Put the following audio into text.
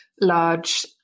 large